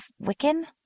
Wiccan